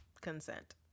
Consent